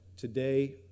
today